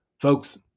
Folks